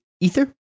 Ether